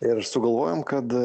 ir sugalvojom kad